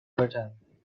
button